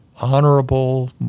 honorable